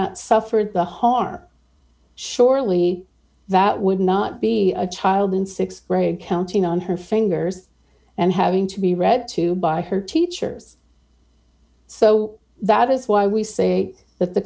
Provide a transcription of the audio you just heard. not suffered the harm surely that would not be a child in th grade counting on her fingers and having to be read to by her teachers so that is why we say that the